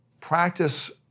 Practice